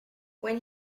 when